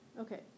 Okay